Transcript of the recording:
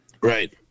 Right